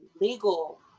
legal